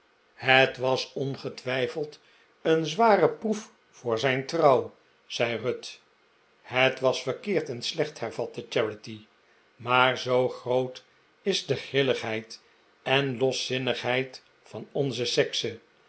het was ongetwijfeld een zware proef voor zijn trouw zei ruth het was verkeerd en slecht hervatte charity maar zoo groot is de grilligheid en loszinnigheid van onze sekse